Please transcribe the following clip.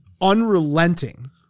Unrelenting